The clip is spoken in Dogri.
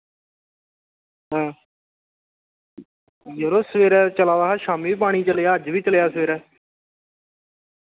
यरो सबेरै पानी चला दा हा शामीं बी चला दा हा अज्ज सबेरै बी चलेआ पानी